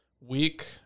week